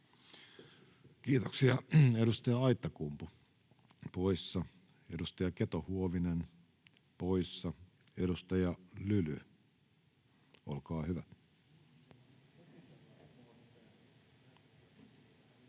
Kiitoksia. — Edustaja Aittakumpu poissa, edustaja Keto-Huovinen poissa. — Edustaja Lyly, olkaa hyvä.